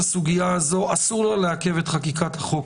הסוגיה הזאת אסור לה לעכב את חקיקת החוק.